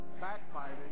backbiting